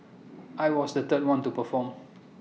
I was the third one to perform